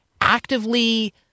actively